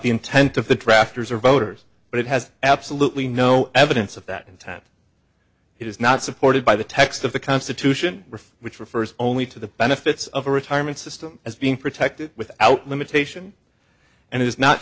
the intent of the drafters or voters but it has absolutely no evidence of that intent it is not supported by the text of the constitution which refers only to the benefits of a retirement system as being protected without limitation and is not